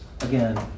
again